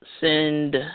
send